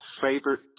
favorite